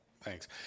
Thanks